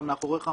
מה מאחוריך,